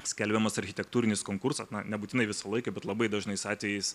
skelbiamas architektūrinis konkursas nebūtinai visą laiką bet labai dažnais atvejais